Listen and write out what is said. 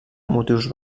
motius